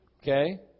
Okay